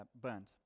burnt